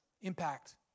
Impact